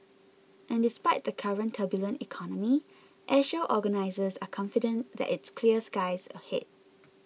and despite the current turbulent economy Airshow organisers are confident that it's clear skies ahead